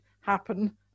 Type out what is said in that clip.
happen